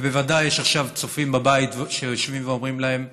בוודאי יש עכשיו צופים בבית שיושבים ואומרים להם: